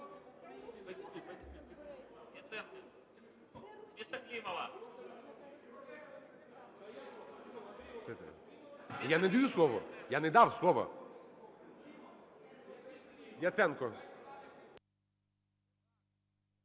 Я не даю слово. Я не дав слова. Яценко.